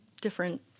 different